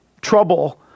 trouble